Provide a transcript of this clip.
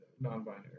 non-binary